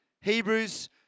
Hebrews